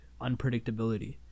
unpredictability